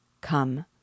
Come